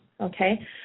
okay